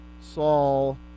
Saul